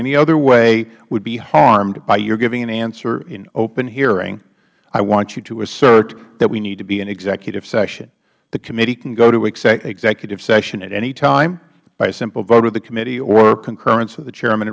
any other way would be harmed by your giving an answer in open hearing i want you to assert that we need to be in executive session the committee can go to executive session at any time by a simple vote of the committee or concurrence of the chairman